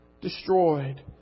destroyed